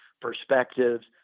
perspectives